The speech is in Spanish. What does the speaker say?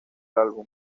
álbum